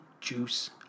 Juice